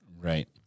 Right